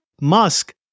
Musk